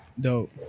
Dope